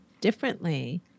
differently